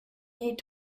need